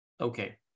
Okay